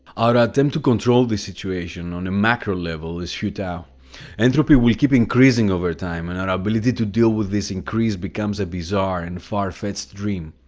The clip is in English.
our attempt to control this situation on a macro level is futile. entropy will keep increasing over time and our ability to deal with this increase becomes a bizarre and far-fetched dream.